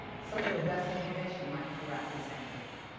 some of your best motivation might come wrapped in sandpaper.